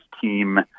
team